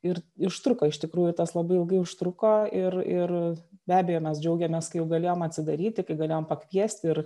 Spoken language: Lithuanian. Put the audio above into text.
ir ištruko iš tikrųjų tas labai ilgai užtruko ir ir be abejo mes džiaugėmės kai jau galėjom atsidaryti kai galėjom pakviesti ir